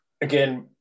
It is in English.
again